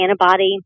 antibody